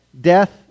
death